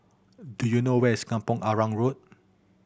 do you know where is Kampong Arang Road